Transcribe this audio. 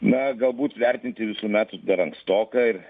na galbūt vertinti visų metų dar ankstoka ir